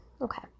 Okay